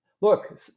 look